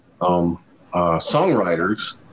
songwriters